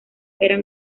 eran